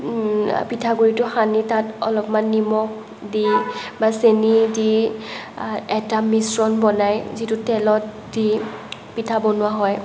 পিঠাগুৰিটো সানি তাত অলপমান নিমখ দি বা চেনী দি এটা মিশ্ৰণ বনাই যিটো তেলত দি পিঠা বনোৱা হয়